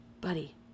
Buddy